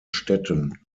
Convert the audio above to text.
städten